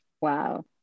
Wow